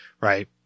right